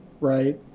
right